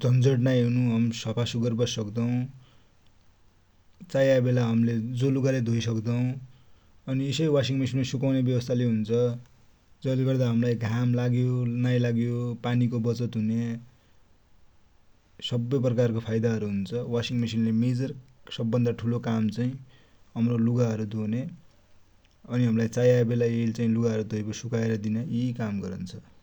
झनजत नाइ हुन, सफा सुहंअर बससक्दौ, चाएको बेला हमि जो लुगा ले धोइसक्द्औ। अनि इसै वासिङ मेसिन माइ सुकाउने बेवस्था ले हुन्छ, जै ले गर्दा हमलाइ घाम नाइलागो, पानि को बचत हुने सबि प्रकार को फाइदा हरु हुन्छ । वासिङ मेसिन को सबभन्दा मेजर काम भनेको चाइ हम्रो लुगा हरु धुने अनि चाइएको बेला हम्लाइ लुगा धोइबटी सुकौने काम गरन्छ​।